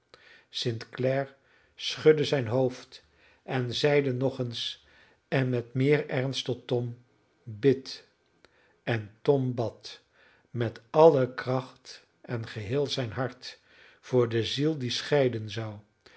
clare schudde zijn hoofd en zeide nog eens en met meer ernst tot tom bid en tom bad met alle kracht en geheel zijn hart voor de ziel die scheiden